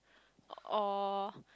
or